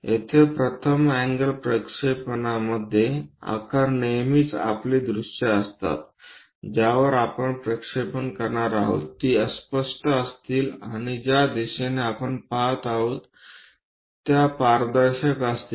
येथे प्रथम एंगल प्रक्षेपणमध्ये आकार नेहमीच आपली दृश्ये असतात ज्यावर आपण प्रक्षेपण करणार आहोत ती अस्पष्ट असतील आणि ज्या दिशेने आपण पहात आहोत त्या पारदर्शक असतील